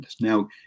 now